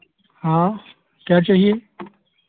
हाँ क्या चाहिए